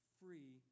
free